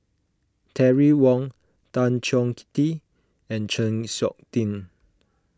Terry Wong Tan Chong Tee and Chng Seok Tin